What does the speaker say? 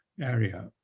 area